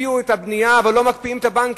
הקפיאו את הבנייה, אבל לא מקפיאים את הבנקים.